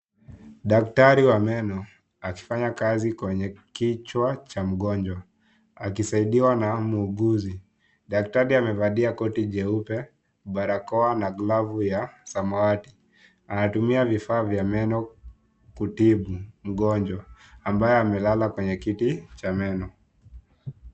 Daktari wa meno akifanya kazi kwenye kichwa cha mgonjwa akisaidiwa na muuguzi. Daktari amevalia koti jeupe, barakoa na glavu ya samawati. Anatumia vifaa vya meno, kutibu mgonjwa ambaye amelala kwenye kiti cha meno.